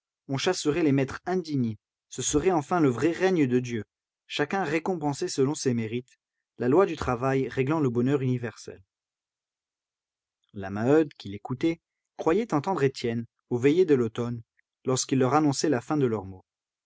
on chasserait les maîtres indignes ce serait enfin le vrai règne de dieu chacun récompensé selon ses mérites la loi du travail réglant le bonheur universel la maheude qui l'écoutait croyait entendre étienne aux veillées de l'automne lorsqu'il leur annonçait la fin de leurs maux